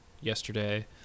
yesterday